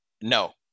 no